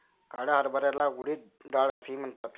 काळ्या हरभऱ्याला उडीद डाळ असेही म्हणतात